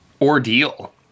ordeal